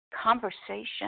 conversation